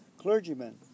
clergymen